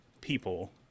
people